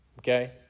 Okay